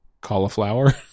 cauliflower